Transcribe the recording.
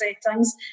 settings